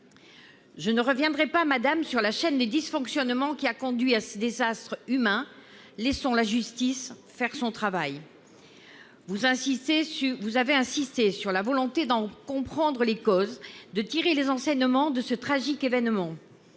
Je ne reviendrai pas, madame la ministre, sur la chaîne de dysfonctionnements qui a conduit à ce désastre humain. Laissons la justice faire son travail. Vous avez insisté sur votre volonté de comprendre les causes de ce drame et de tirer les enseignements de ces tragiques événements.